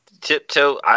tiptoe